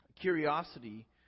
curiosity